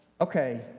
okay